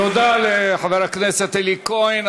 תודה לחבר הכנסת אלי כהן.